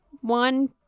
One